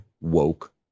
woke